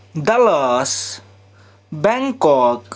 Dallas Bangkok